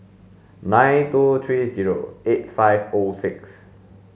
nine two three zero eight five O six